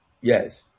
Yes